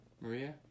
Maria